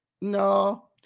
No